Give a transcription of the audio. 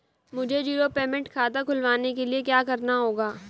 मुझे zero payment खाता खुलवाने के लिए क्या करना होगा?